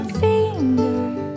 fingers